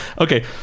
Okay